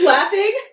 Laughing